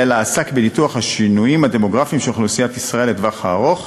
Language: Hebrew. אלא עסק בניתוח השינויים הדמוגרפיים של אוכלוסיית ישראל לטווח הארוך,